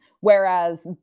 whereas